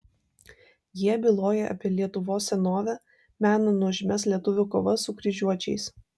jie byloja apie lietuvos senovę mena nuožmias lietuvių kovas su kryžiuočiais